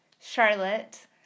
Charlotte